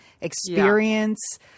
experience